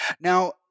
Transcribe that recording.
Now